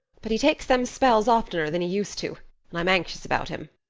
but he takes them spells oftener than he used to i'm anxious about him.